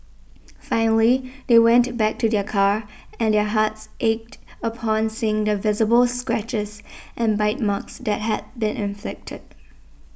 finally they went back to their car and their hearts ached upon seeing the visible scratches and bite marks that had been inflicted